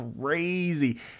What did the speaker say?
crazy